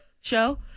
show